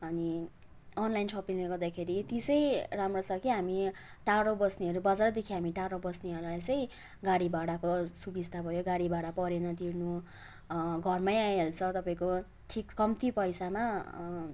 अनि अनलाइन सपिङले गर्दाखेरि त्यो सै राम्रो छ कि हामी टाढो बस्नेहरू बजारदेखि हामी टाढो बस्नेहरूलाई चाहिँ गाडी भाडाको सुविस्ता भयो गाडी भाडा परेन तिर्नु घरमै आइहाल्छ तपाईँको ठिक कम्ती पैसामा